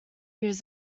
use